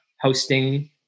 hosting